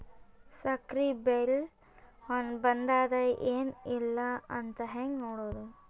ಸಕ್ರಿ ಬಿಲ್ ಬಂದಾದ ಏನ್ ಇಲ್ಲ ಅಂತ ಹೆಂಗ್ ನೋಡುದು?